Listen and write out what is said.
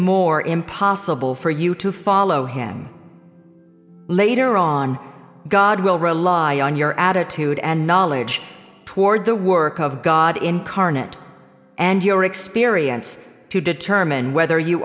more impossible for you to follow him later on god will rely on your attitude and knowledge toward the work of god incarnate and your experience to determine whether you